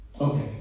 Okay